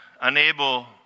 unable